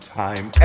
time